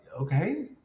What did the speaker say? Okay